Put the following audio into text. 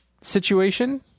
situation